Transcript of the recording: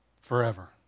Forever